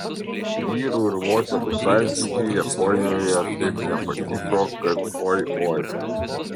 vyrų ir moterų santykiai japonijoje taip nepatiko kad oi oi